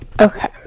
Okay